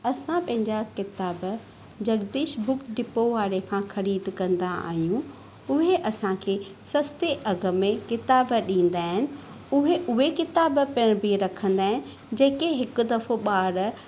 असां पंहिंजा किताब जगदीश बुक डिपो वारे खां ख़रीद कंदा आहियूं उहे असांखे सस्ते अघ में किताब ॾींदा आहिनि उहे उहे किताब पिण बि रखंदा आहिनि जेके हिकु दफ़ो ॿार